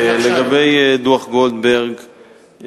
לגבי דוח-גולדברג,